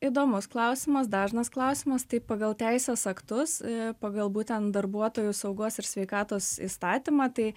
įdomus klausimas dažnas klausimas tai pagal teisės aktus pagal būtent darbuotojų saugos ir sveikatos įstatymą tai